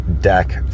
deck